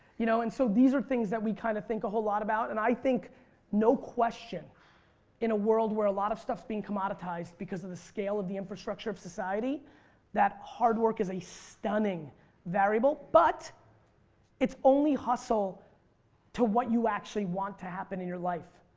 you know and so these are things that we kind of think a whole lot about. and i think no question in a world where a lot of stuff being commoditized because of the scale of the infrastructure of society that hard work is a stunning variable but it's only hustle to what you actually want to happen in your life.